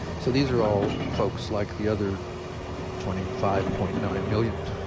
so these are all folks like the other twenty five point nine million